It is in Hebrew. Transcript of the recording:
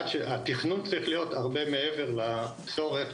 התכנון צריך להיות הרבה מעבר לצורך,